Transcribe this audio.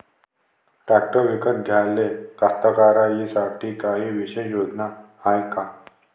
Tractor विकत घ्याले कास्तकाराइसाठी कायी विशेष योजना हाय का?